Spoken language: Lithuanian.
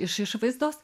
iš išvaizdos